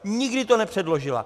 Nikdy to nepředložila.